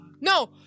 no